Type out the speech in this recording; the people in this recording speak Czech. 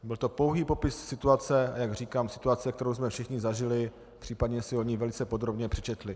Byl to pouhý popis situace, jak říkám, situace, kterou jsme všichni zažili, případně si o ní velice podrobně přečetli.